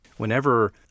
Whenever